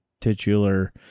titular